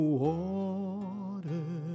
water